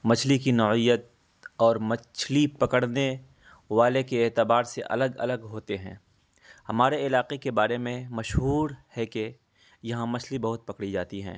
مچھلی کی نوعیت اور مچھلی پکڑنے والے کے اعتبار سے الگ الگ ہوتے ہیں ہمارے علاقے کے بارے میں مشہور ہے کہ یہاں مچھلی بہت پکڑی جاتی ہیں